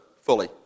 fully